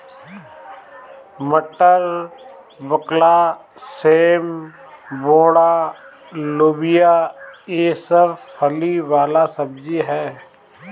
मटर, बकला, सेम, बोड़ा, लोबिया ई सब फली वाला सब्जी ह